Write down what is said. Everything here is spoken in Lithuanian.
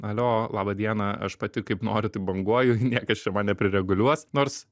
alio laba diena aš pati kaip noriu taip banguoju niekas čia man neprireguliuos nors